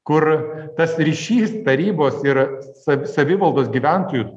kur tas ryšys tarybos ir su savivaldos gyventojų